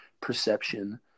perception